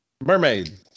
mermaid